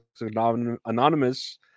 Anonymous